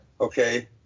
Okay